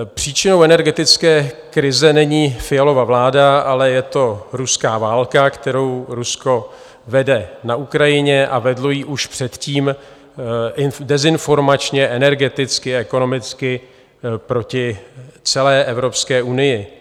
Příčinou energetické krize není Fialova vláda, ale je to ruská válka, kterou Rusko vede na Ukrajině, a vedlo ji už předtím dezinformačně, energeticky, ekonomicky proti celé Evropské unii.